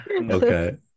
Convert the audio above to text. okay